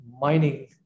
mining